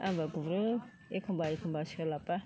आंबो गुरो एखमब्ला एखमब्ला सोलाबबा